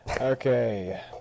Okay